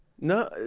No